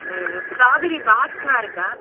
ம் ஸ்ட்ராபெர்ரி பாக்ஸ்லாம் இருக்கா